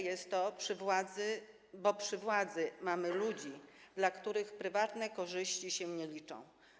Jest to możliwe, bo przy władzy mamy ludzi, dla których prywatne korzyści się nie liczą.